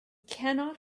cannot